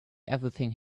everything